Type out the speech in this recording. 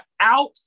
out